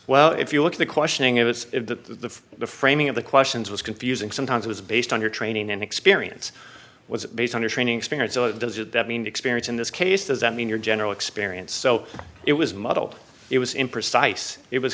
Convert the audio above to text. well if you look at the questioning of it if the framing of the questions was confusing sometimes was based on your training and experience was based on your training experience so does that mean experience in this case does that mean your general experience so it was muddled it was imprecise it was